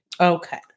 Okay